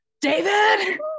david